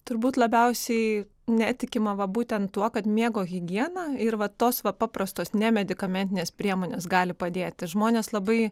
turbūt labiausiai netikima va būtent tuo kad miego higiena ir va tos va paprastos nemedikamentinės priemonės gali padėti žmonės labai